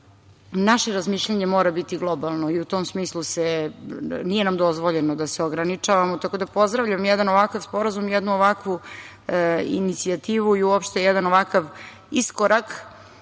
naše razmišljanje mora biti globalno i u tom smislu nam nije dozvoljeno da se ograničavamo. Tako da pozdravljam jedan ovakav sporazum, jednu ovakvu inicijativu i uopšte jedan ovakav iskorak,